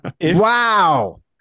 Wow